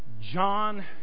John